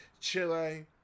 Chile